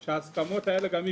כי אם לא היו בחירות